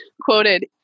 quoted